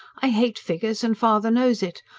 i hate figures and father knows it.